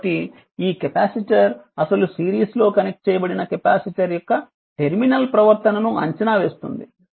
కాబట్టి ఈ కెపాసిటర్ అసలు సిరీస్ లో కనెక్ట్ చేయబడిన కెపాసిటర్ యొక్క టెర్మినల్ ప్రవర్తనను అంచనా వేస్తుంది